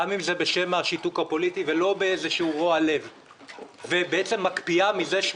גם אם זה בשם השיתוק הפוליטי ולא מתוך איזה רוע-לב,